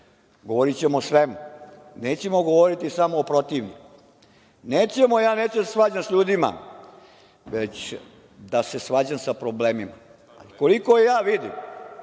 Govorićemo o svemu. Nećemo govoriti samo o protivniku. Nećemo, neću da se svađam sa ljudima, već da se svađam sa problemima. Koliko vidim,